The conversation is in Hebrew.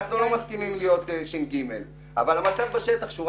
אנחנו לא מסכימים להיות ש"ג אבל המצב בשטח בשורה